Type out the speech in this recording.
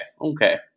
Okay